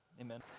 Amen